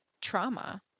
trauma